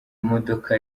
modoka